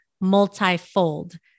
multifold